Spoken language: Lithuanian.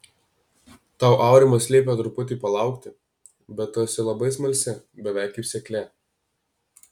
tau aurimas liepė truputį palaukti bet tu esi labai smalsi beveik kaip seklė